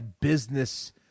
business